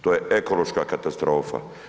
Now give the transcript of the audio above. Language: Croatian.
To je ekološka katastrofa.